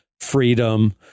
freedom